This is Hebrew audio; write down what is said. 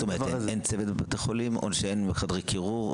אין צוות בבתי חולים או שאין חדרי קירור?